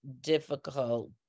difficult